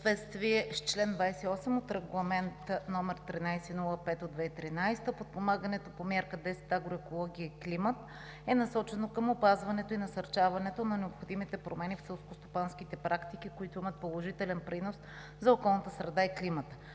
съответствие с чл. 28 от Регламент № 1305/2013 г. подпомагането по Мярка 10 „Агроекология и климат“ е насочено към опазването и насърчаването на необходимите промени в селскостопанските практики, които имат положителен принос за околната среда и климата.